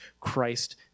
Christ